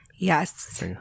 Yes